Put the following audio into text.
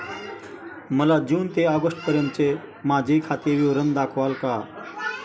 मला जून ते ऑगस्टपर्यंतचे माझे खाते विवरण दाखवाल का?